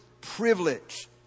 privilege